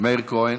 מאיר כהן,